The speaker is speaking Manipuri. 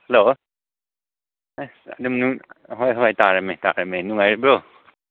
ꯍꯂꯣ ꯑꯁ ꯑꯗꯨꯝ ꯍꯣꯏ ꯍꯣꯏ ꯇꯧꯔꯝꯃꯦ ꯇꯧꯔꯝꯃꯦ ꯅꯨꯡꯉꯥꯏꯔꯤꯕ꯭ꯔꯣ